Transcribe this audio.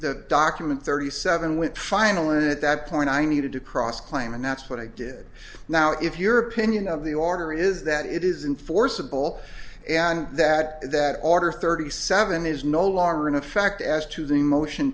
the document thirty seven with final at that point i needed to cross claim and that's what i did now if your opinion of the order is that it is in forcible and that that order thirty seven is no longer in effect as to the motion